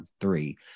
three